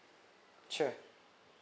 sure